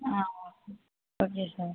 ah okay okay sir